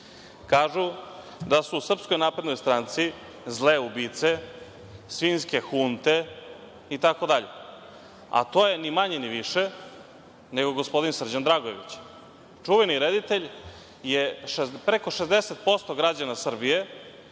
kažu da su u SNS zle ubice, svinjske hunte itd, a to je ni manje ni više nego gospodin Srđan Dragojević. Čuveni reditelj je preko 60% građana Srbije